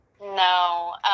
No